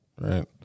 right